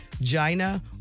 Gina